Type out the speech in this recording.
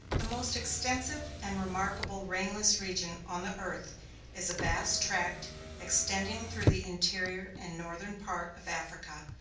the most extensive and remarkable rainless region on the earth is a vast tract extending through the interior and northern part of africa,